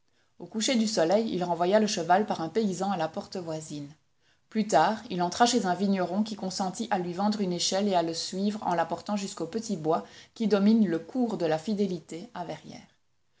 au coucher du soleil il renvoya le cheval par un paysan à la porte voisine plus tard il entra chez un vigneron qui consentit à lui vendre une échelle et à le suivre en la portant jusqu'au petit bois qui domine le cours de la fidélité à verrières